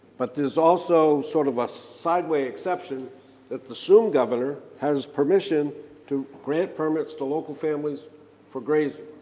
but there's also sort of a sideway exception that the soon governor has permission to grant permits to local families for grazing,